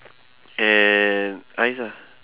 and ice lah